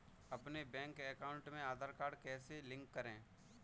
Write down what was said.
अपने bank account में Aadhaar card कैसे लिंक करें?